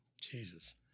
Jesus